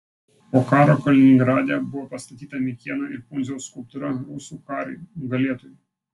po karo kaliningrade buvo pastatyta mikėno ir pundziaus skulptūra rusų kariui nugalėtojui